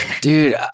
dude